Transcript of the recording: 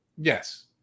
yes